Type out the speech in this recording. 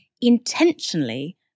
intentionally